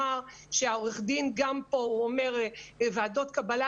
העו"ד פה אומר, ועדות קבלה.